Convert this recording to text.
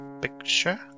picture